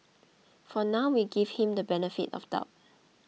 for now we give him the benefit of doubt